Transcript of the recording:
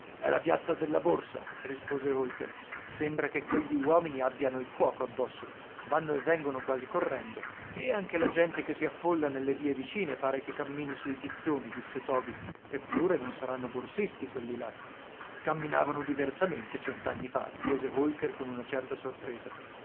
è la piazza della borsa rispose holker sembra che quegli uomini abbiano il fuoco addosso vanno e vengono quasi correndo e anche la gente che si affolla nelle vie vicine pare che cammini sui tizzoni disse toby eppure non saranno borsisti quelli là camminavano diversamente cent'anni fa chiese holker con una certa sorpresa